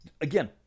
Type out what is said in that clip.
Again